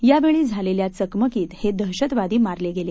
यावेळी झालेल्या चकमकीत हे दहशतवादी मारले गेले